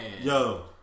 Yo